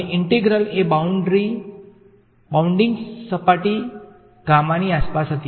અને ઇન્ટેગ્રલ એ બાઉન્ડિંગ સપાટી ગામાની આસપાસ હતી